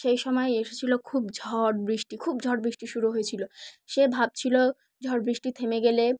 সেই সময় এসেছিলো খুব ঝড় বৃষ্টি খুব ঝড় বৃষ্টি শুরু হয়েছিল সে ভাবছিল ঝড় বৃষ্টি থেমে গেলে